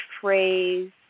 phrase